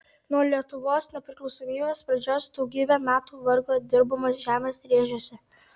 nuo lietuvos nepriklausomybės pradžios daugybę metų vargo dirbamos žemės rėžiuose